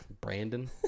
Brandon